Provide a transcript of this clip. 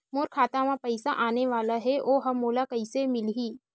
मोर खाता म पईसा आने वाला हे ओहा मोला कइसे मिलही?